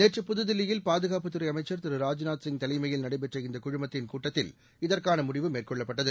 நேற்று புதுதில்லியில் பாதுகாப்புத்துறை அமைச்சர் திரு ராஜ்நாத் சிப் தலைமையில் நடைபெற்ற இந்த குழுமத்தின் கூட்டத்தில் இதற்கான முடிவு மேற்கொள்ளப்பட்டது